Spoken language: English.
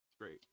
Great